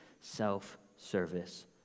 self-service